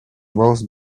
roast